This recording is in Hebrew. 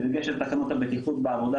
בדגש על תקנות הבטיחות בעבודה,